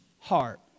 heart